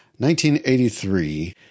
1983